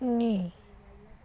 ਨੀ